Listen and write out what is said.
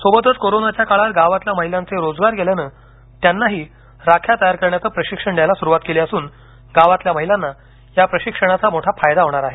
सोबतच कोरोनाच्या काळात गावातील महिलांचे रोजगार गेल्याने त्यांनाही राख्या तयार करण्याचं प्रशिक्षण द्यायला स्रवात केली असून गावातील महिलांना ह्या प्रशिक्षणाचा मोठा फायदा होणार आहे